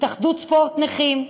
התאחדות ספורט נכים,